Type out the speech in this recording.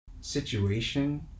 situation